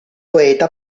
poeta